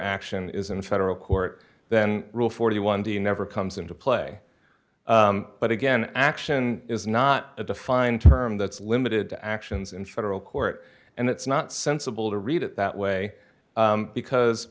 action is in federal court then rule forty one to you never comes into play but again action is not a defined term that's limited to actions in federal court and it's not sensible to read it that way because